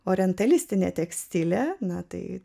orientalistinė tekstilė na tai